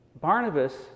Barnabas